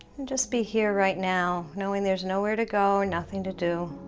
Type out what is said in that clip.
and just be here right now knowing there's nowhere to go or nothing to do